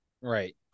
Right